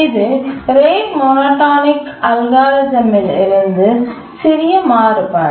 இது rate monotonic அல்காரிதமில் ஒரு சிறிய மாறுபாடு